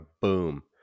boom